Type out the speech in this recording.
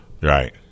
Right